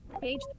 page